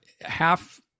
half